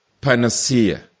panacea